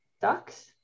ducks